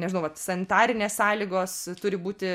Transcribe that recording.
nežinau vat sanitarinės sąlygos turi būti